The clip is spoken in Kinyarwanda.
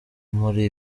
muri